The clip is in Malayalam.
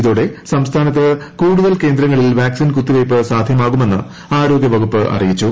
ഇതോടെ സംസ്ഥാനത്ത് കൂടുതൽ കേന്ദ്രങ്ങളിൽ വാക്സിൻ കുത്തിവയ്പ്പ് സാധ്യമാകുമെന്ന് ആരോഗ്യ വകുപ്പ് അറിയിച്ചു